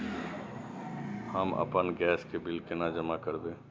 हम आपन गैस के बिल केना जमा करबे?